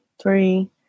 Three